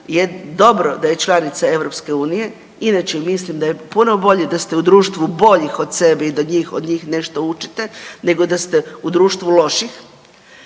jednu dobro da je članica EU, inače mislim da je puno bolje da ste u društvu boljih od sebe i da od njih nešto učite nego da ste u društvu loših,